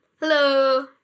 Hello